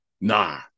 Nah